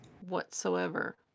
whatsoever